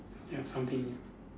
ya something new